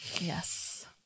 Yes